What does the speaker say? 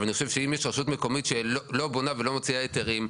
אני חושב שאם יש רשות מקומית שלא בונה ולא מוציאה היתרים,